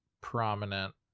prominent